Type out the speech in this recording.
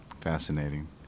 Fascinating